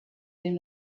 dem